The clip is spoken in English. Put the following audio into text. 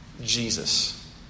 Jesus